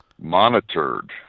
monitored